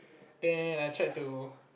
then I tried to